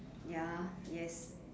ya yes